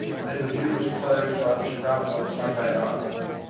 and then the view was closed by the scrub on sunday island.